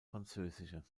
französische